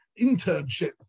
internship